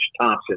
Thompson